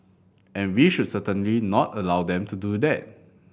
and we should certainly not allow them to do that